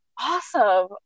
awesome